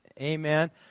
Amen